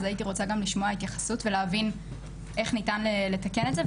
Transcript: אז הייתי רוצה לשמוע התייחסות ולהבין איך ניתן לתקן את זה,